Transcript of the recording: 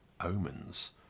omens